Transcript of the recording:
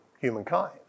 humankind